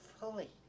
fully